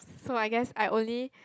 so I guess I only